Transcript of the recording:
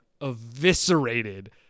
eviscerated